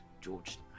george